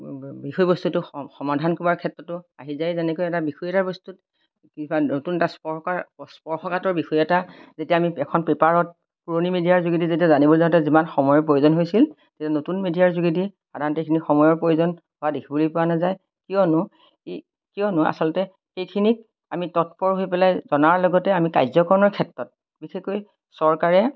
বিষয় বস্তুটো সমাধান কৰাৰ ক্ষেত্ৰতো আহি যায় যেনেকৈ এটা বিষয় এটা বস্তুত কিবা নতুন এটা স্পৰ্শকাতৰ বিষয় এটা যেতিয়া আমি এখন পেপাৰত পুৰণি মিডিয়াৰ যোগেদি যেতিয়া জানিব যাওঁতে যিমান সময়ৰ প্ৰয়োজন হৈছিল এতিয়া নতুন মিডিয়াৰ যোগেদি সাধাৰণতে সেইখিনি সময়ৰ প্ৰয়োজন হোৱা দেখিবলৈ পোৱা নাযায় কিয়নো কিয়নো আচলতে সেইখিনিক আমি তৎপৰ হৈ পেলাই জনাৰ লগতে আমি কাৰ্যকৰণৰ ক্ষেত্ৰত বিশেষকৈ চৰকাৰে